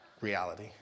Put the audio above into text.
reality